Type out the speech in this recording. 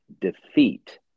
defeat